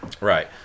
Right